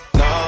no